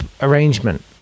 arrangement